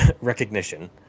recognition